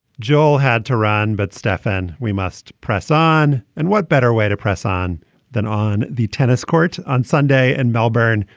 joel had to run, but stefan, we must press on. and what better way to press on than on the tennis court on sunday in and melbourne?